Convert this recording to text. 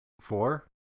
Four